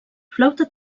flauta